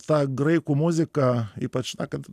ta graikų muzika ypač na kad